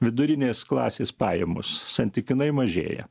vidurinės klasės pajamos santykinai mažėja